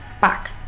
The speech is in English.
back